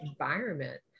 environment